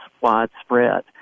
widespread